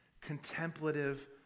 contemplative